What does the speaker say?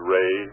Ray